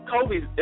Kobe's